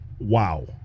wow